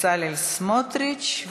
ובצלאל סמוטריץ,